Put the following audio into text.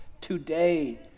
today